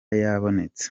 yabonetse